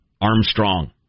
Armstrong